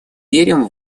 верим